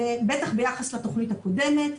בטח ביחס לתכנית הקודמת,